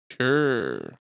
Sure